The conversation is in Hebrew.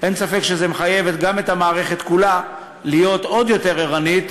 אין ספק שזה מחייב גם את המערכת כולה להיות עוד יותר ערנית